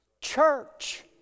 church